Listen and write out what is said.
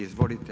Izvolite.